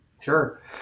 Sure